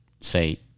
say